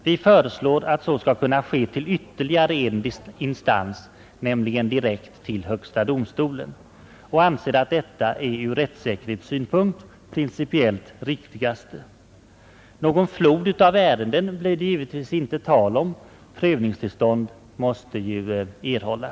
Vi föreslår att så skall kunna ske till ytterligare en instans, nämligen direkt till högsta domstolen. Vi anser att detta är det ur rättssäkerhetssynpunkt principiellt riktigaste. Någon flod av ärenden blir det givetvis inte fråga om — prövningstillstånd måste ju erhållas.